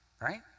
right